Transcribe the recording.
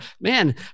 man